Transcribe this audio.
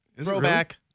Throwback